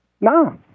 No